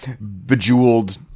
bejeweled